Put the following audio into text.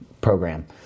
program